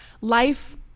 life